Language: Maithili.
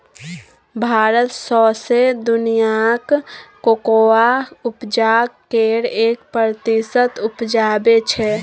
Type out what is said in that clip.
भारत सौंसे दुनियाँक कोकोआ उपजाक केर एक प्रतिशत उपजाबै छै